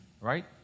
right